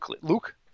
Luke